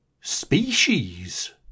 species